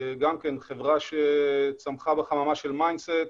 גם חברה שצמחה בחממה של מיינסט,